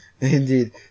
Indeed